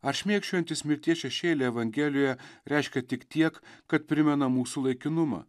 ar šmėkščiojantis mirties šešėly evangelijoje reiškia tik tiek kad primena mūsų laikinumą